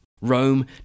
Rome